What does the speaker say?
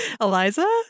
eliza